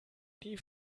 die